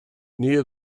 near